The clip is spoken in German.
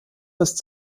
ist